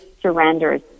surrenders